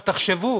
תחשבו